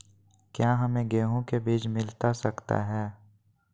क्या हमे गेंहू के बीज मिलता सकता है?